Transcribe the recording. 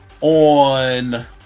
on